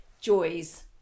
joys